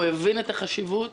הוא הבין את החשיבות.